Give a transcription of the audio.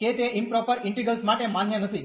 કે તે improper integrals માટે માન્ય નથી